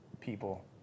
people